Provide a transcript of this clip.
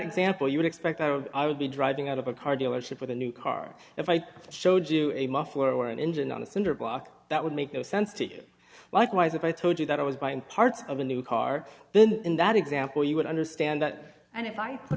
example you would expect of i would be driving out of a car dealership with a new car if i showed you a muffler or an engine on a cinderblock that would make no sense to you likewise if i told you that i was buying parts of a new car then in that example you would understand that and if i